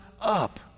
up